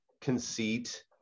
conceit